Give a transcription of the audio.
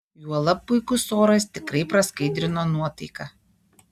juolab puikus oras tikrai praskaidrino nuotaiką